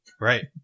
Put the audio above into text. Right